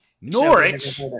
Norwich